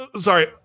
sorry